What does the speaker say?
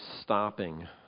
stopping